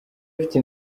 afite